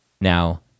Now